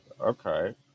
Okay